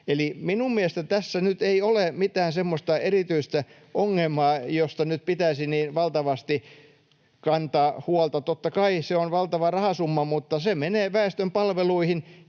minun mielestäni tässä nyt ei ole mitään semmoista erityistä ongelmaa, josta nyt pitäisi niin valtavasti kantaa huolta. Totta kai se on valtava rahasumma, mutta se menee väestön palveluihin.